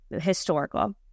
historical